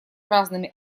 разными